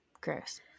Gross